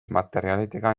materjalidega